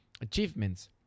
achievements